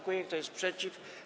Kto jest przeciw?